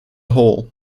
whole